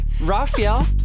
Raphael